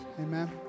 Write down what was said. Amen